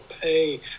pay